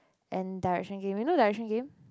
and direction game you know direction game